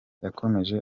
yakomeje